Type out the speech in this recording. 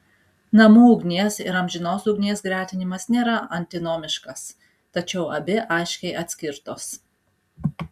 namų ugnies ir amžinos ugnies gretinimas nėra antinomiškas tačiau abi aiškiai atskirtos